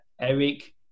Eric